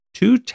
two